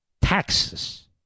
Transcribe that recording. taxes